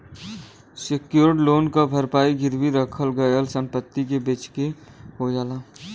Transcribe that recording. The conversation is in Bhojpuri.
सेक्योर्ड लोन क भरपाई गिरवी रखल गयल संपत्ति के बेचके हो जाला